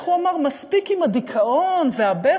איך הוא אמר, מספיק עם הדיכאון והבכי.